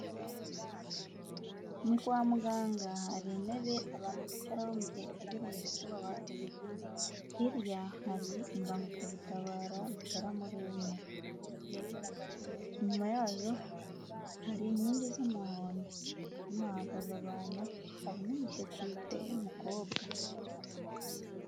Ni kwa muganga hari intebe abantu bicararaho mu gihe bategereje ko babaha serivise, hirya hari imbagukiragutabara zigera muri enye, inyuma yazo hari inkingi z'umuhondo, hino hahagaze abantu hari n'umusekirite w'umukobwa.